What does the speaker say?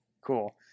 Cool